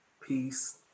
peace